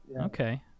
Okay